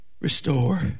restore